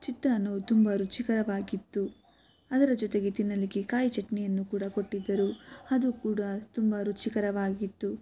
ಚಿತ್ರಾನ್ನವು ತುಂಬ ರುಚಿಕರವಾಗಿತ್ತು ಅದರ ಜೊತೆಗೆ ತಿನ್ನಲಿಕ್ಕೆ ಕಾಯಿ ಚಟ್ನಿಯನ್ನು ಕೂಡ ಕೊಟ್ಟಿದ್ದರು ಅದು ಕೂಡ ತುಂಬ ರುಚಿಕರವಾಗಿತ್ತು